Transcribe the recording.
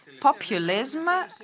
Populism